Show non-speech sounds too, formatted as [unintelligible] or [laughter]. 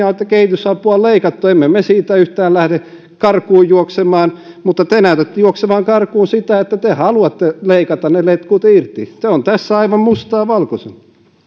[unintelligible] on että kehitysapua on leikattu emme me sitä yhtään lähde karkuun juoksemaan mutta te näytätte juoksevan karkuun sitä että te haluatte leikata ne letkut irti tämä on tässä aivan mustaa valkoisella